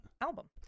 album